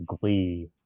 glee